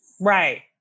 right